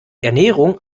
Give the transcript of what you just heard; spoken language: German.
ernährung